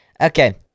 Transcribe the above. Okay